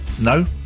No